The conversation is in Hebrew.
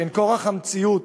שהן כורח המציאות